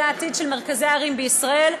זה העתיד של מרכזי ערים בישראל.